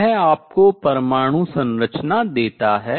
वह आपको परमाणु संरचना देता है